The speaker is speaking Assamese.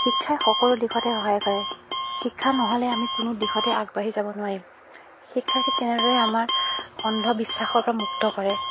শিক্ষাই সকলো দিশতে সহায় কৰে শিক্ষা নহ'লে আমি কোনো দিশতে আগবাঢ়ি যাব নোৱাৰিম শিক্ষাই ঠিক তেনেদৰে আমাৰ অন্ধবিশ্বাসৰ পৰা মুক্ত কৰে